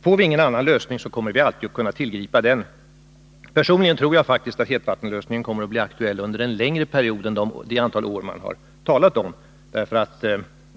Får vi ingen annan lösning kommer vi alltid att kunna tillgripa den. Personligen tror jag faktiskt att hetvattenlösningen kommer att bli aktuell under en längre period än det antal år man har talat om.